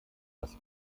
das